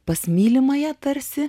pas mylimąją tarsi